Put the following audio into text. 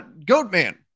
Goatman